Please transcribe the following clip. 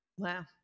Wow